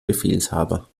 befehlshaber